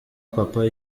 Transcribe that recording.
papa